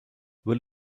will